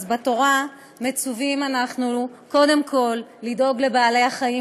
אז בתורה מצווים אנחנו קודם כול לדאוג לבעלי-החיים